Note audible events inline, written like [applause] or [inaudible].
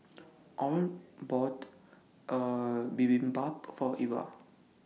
Oren bought [hesitation] Bibimbap For Eva